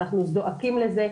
ואנחנו זועקים לזה.